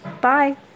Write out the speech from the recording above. Bye